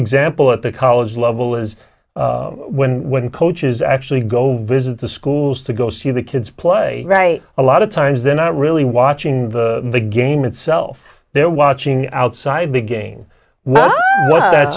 example at the college level is when when coaches actually go visit the schools to go see the kids play right a lot of times they're not really watching the the game itself they're watching outside the game